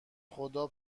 خدا